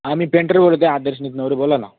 हां मी पेंटर बोलतो आहे आदर्श नितनवरे बोला ना